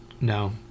no